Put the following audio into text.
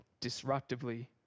disruptively